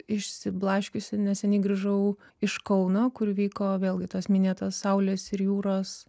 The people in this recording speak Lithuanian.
išsiblaškiusi neseniai grįžau iš kauno kur vyko vėlgi tas minėtas saulės ir jūros